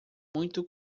muito